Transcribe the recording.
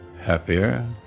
happier